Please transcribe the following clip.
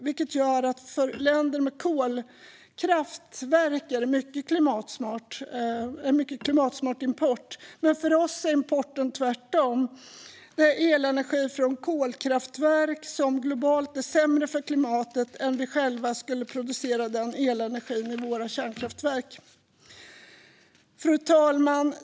Detta gör att för länder med kolkraftverk är det mycket klimatsmart import, men för oss är importen tvärtom: Det är elenergi från kolkraftverk som globalt är sämre för klimatet än om vi själva skulle producera den elenergin i våra kärnkraftverk. Fru talman!